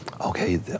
okay